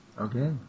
Okay